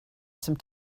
some